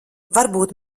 varbūt